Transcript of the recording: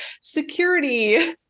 security